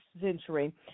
century